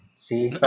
See